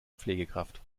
pflegekraft